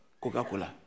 Coca-Cola